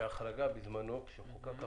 שהחרגה בזמנו, כשחוקק החוק,